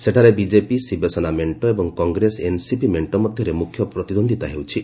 ସେଠାରେ ବିଜେପି ଶିବସେନା ମେଣ୍ଟ ଏବଂ କଂଗ୍ରେସ ଏନ୍ସିପି ମେଣ୍ଟ ମଧ୍ୟରେ ମୁଖ୍ୟ ପ୍ରତିଦ୍ୱନ୍ଦିତା ହେଉଛି